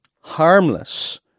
harmless